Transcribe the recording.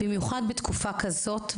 במיוחד בתקופה כזאת,